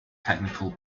technical